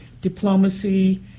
diplomacy